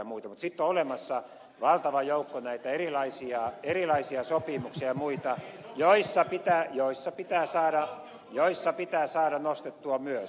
mutta sitten on olemassa valtava joukko näitä erilaisia sopimuksia ja muita joissa pitää saada ikärajaa nostettua myös